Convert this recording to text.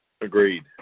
Agreed